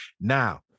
Now